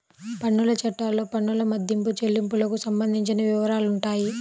పన్నుల చట్టాల్లో పన్నుల మదింపు, చెల్లింపులకు సంబంధించిన వివరాలుంటాయి